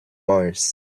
mars